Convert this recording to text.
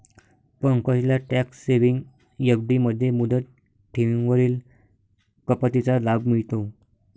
पंकजला tax saving FD मध्ये मुदत ठेवींवरील कपातीचा लाभ मिळतो